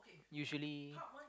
usually